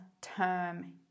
term